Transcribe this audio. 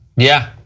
yeah,